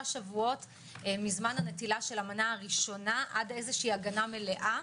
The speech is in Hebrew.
שבועות מזמן מנטילת המנה הראשונה עד הגנה מלאה,